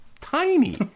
tiny